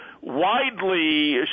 widely